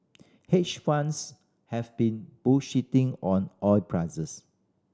hedge funds have been on oil prices